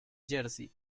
jersey